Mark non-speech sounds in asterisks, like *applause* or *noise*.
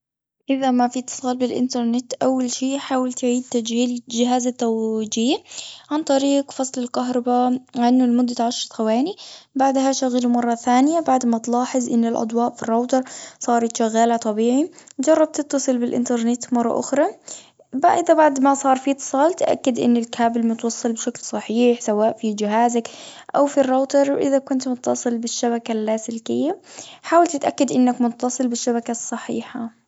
إذا ما في اتصال بالإنترنت. أول شي، حاول تعيد تشغيل جهاز التوجيه، *hesitation* عن طريق فصل الكهربا *hesitation* عنه لمدة عشر ثواني، بعدها شغله مره ثانية. بعد ما تلاحظ إن الأضواء في الراوتر صارت شغالة طبيعي، جرب تتصل بالإنترنت مرة أخرى. *noise* بعد- بعد ما صار في اتصال، تأكد إن الكابل متوصل بشكل صحيح، سواء في جهازك أو في الراوتر. وإذا كنت متصل بالشبكة اللاسلكية، حاول تتأكد إنك متصل بالشبكة الصحيحة.